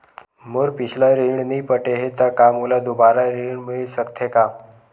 मोर पिछला ऋण नइ पटे हे त का मोला दुबारा ऋण मिल सकथे का?